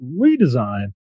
redesign